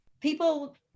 people